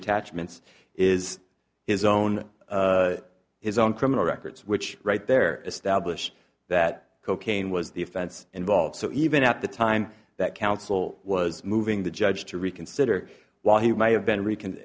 attachments is his own his own criminal records which right there establish that cocaine was the offense involved so even at the time that counsel was moving the judge to reconsider while he may have been r